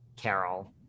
Carol